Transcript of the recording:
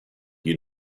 you